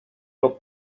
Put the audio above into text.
lub